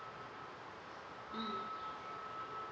mm